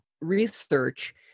research